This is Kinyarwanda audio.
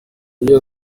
uyu